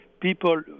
people